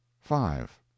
five